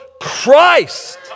Christ